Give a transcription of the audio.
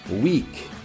week